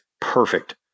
perfect